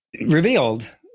revealed